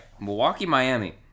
Milwaukee-Miami